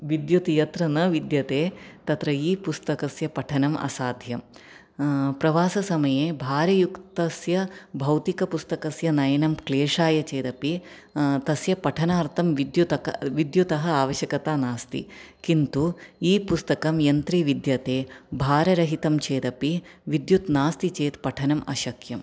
विद्युत् यत्र न विद्यते तत्र ई पुस्तकस्य पठनम् असाध्यं प्रवाससमये भारयुक्तस्य भौतिकपुस्तकस्य नयनं क्लेषाय चेदपि तस्य पठनार्थं विद्युतका विद्युतः आवश्यकता नास्ति किन्तु ई पुस्तकं यन्त्रे विद्यते भाररहितं चेदपि विद्युत् नास्ति चेत् पठनम् अशक्यं